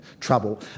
trouble